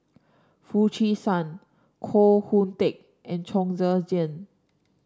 Foo Chee San Koh Hoon Teck and Chong Tze Chien